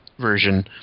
version